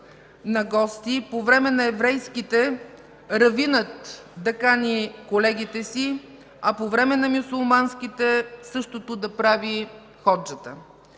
на гости, по време на еврейските – равинът да кани колегите си, а по време на мюсюлманските, същото да прави ходжата.